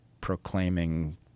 proclaiming